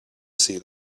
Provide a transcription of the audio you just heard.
see